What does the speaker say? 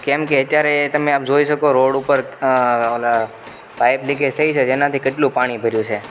કેમકે અત્યારે તમે આપ જોઈ શકો રોડ ઉપર ઓલા પાઇપ લીકેજ થઈ છે તેનાથી કેટલું પાણી ભર્યું છે